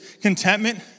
contentment